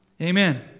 Amen